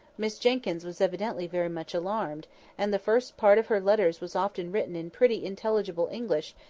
miss jenkyns was evidently very much alarmed and the first part of her letters was often written in pretty intelligible english,